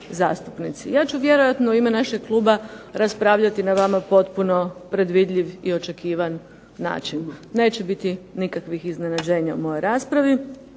Ja ću vjerojatno u ime našeg kluba raspravljati na vama potpuno predvidljiv i očekivan način. Neće biti nikakvih iznenađenja u mojoj raspravi,